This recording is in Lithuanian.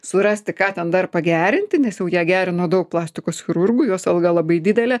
surasti ką ten dar pagerinti nes jau ją gerino daug plastikos chirurgų jos alga labai didelė